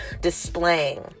displaying